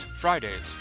Fridays